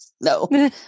No